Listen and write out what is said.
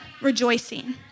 rejoicing